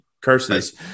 curses